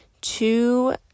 two